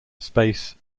space